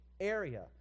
area